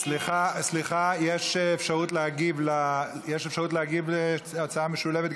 סליחה, סליחה, יש אפשרות להגיב להצעה משולבת.